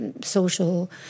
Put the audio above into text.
social